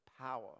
power